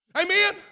Amen